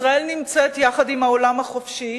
ישראל נמצאת יחד עם העולם החופשי